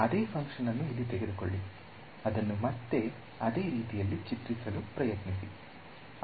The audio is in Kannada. ಅದೇ ಫಂಕ್ಷನ್ ಆನ್ನು ಇಲ್ಲಿ ತೆಗೆದುಕೊಳ್ಳಿ ಅದನ್ನು ಮತ್ತೆ ಅದೇ ರೀತಿಯಲ್ಲಿ ಚಿತ್ರಿಸಲು ಪ್ರಯತ್ನಿಸಿ